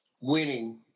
winning